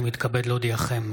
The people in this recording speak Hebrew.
אני מתכבד להודיעכם,